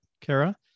Kara